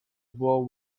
vault